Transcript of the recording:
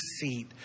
seat